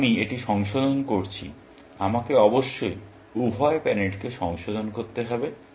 যেহেতু আমি এটি সংশোধন করছি আমাকে অবশ্যই উভয় প্যারেন্টকে সংশোধন করতে হবে